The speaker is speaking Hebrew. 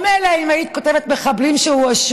או מילא אם היית כותבת מחבלים שהואשמו.